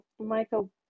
Michael